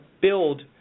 build